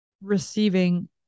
receiving